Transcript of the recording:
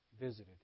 visited